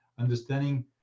Understanding